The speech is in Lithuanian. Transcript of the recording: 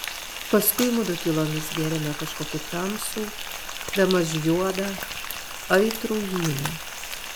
paskui mudu tylomis gėrėme kažkokį tamsų bemaž juodą aitrų vyną